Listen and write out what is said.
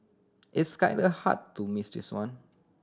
it's kinda hard to miss this one